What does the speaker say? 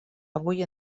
avui